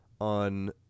on